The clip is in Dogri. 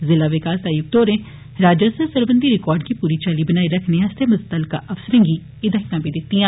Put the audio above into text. ज़िला विकास आयुक्त होरें राजस्व सरबंधी रिकार्डस गी पूरी चाल्ली बनाई रक्खने आस्तै मुतलका अफसरें गी हिंदायतां दित्तियां